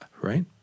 right